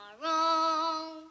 tomorrow